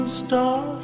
star